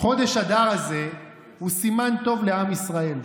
חודש אדר הזה הוא סימן טוב לעם ישראל.